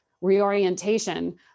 reorientation